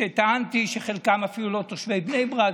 טענתי שחלקם אפילו לא תושבי בני ברק,